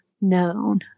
known